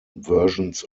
versions